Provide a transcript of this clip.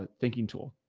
ah thinking tool.